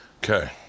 Okay